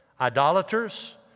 Idolaters